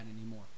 anymore